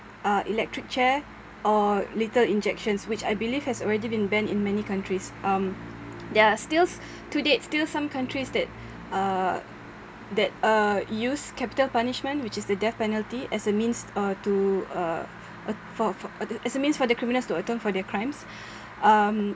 uh electric chair or lethal injections which I believe has already been banned in many countries um there are still to date still some countries that uh that uh use capital punishment which is the death penalty as a means uh to uh uh for for uh as a means for the criminals to atone for their crimes um